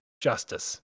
justice